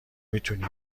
میتونی